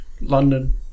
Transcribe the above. London